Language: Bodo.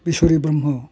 बिसरि ब्रम्ह